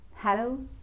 Hello